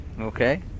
Okay